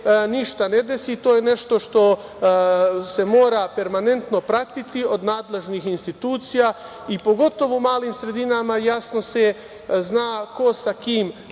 ništa ne desi, to je nešto što se mora permanentno pratiti od nadležnih institucija i pogotovo u malim sredinama jasno se zna ko sa kim pije